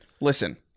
Listen